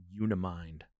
Unimind